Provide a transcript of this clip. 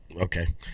okay